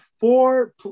four